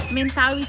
mental